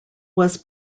was